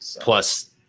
Plus